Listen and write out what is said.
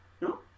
no